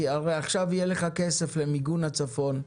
הרי עכשיו יהיה לך כסף למיגון הצפון,